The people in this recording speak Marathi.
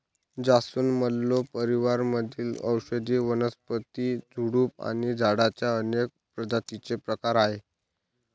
जास्वंद, मल्लो परिवार मधील औषधी वनस्पती, झुडूप आणि झाडांच्या अनेक प्रजातींचे प्रकार आहे